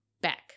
back